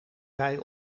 rij